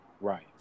Right